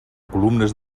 columnes